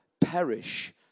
perish